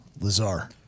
Lazar